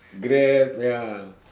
Grab ya